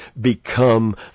become